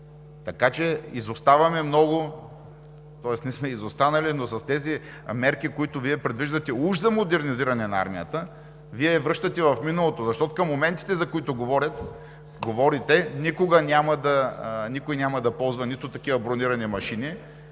Така че изоставаме много, тоест не сме изостанали, но с тези мерки, които Вие предвиждате, уж за модернизиране на армията, Вие я връщате в миналото, защото към моментите, за които говорите (председателят дава сигнал,